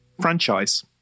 franchise